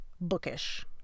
bookish